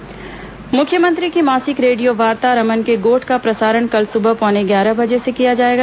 रमन के गोठ मुख्यमंत्री की मासिक रेडियो वार्ता रमन के गोठ का प्रसारण कल सुबह पौने ग्यारह बजे से किया जाएगा